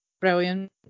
brilliant